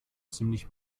ziemlich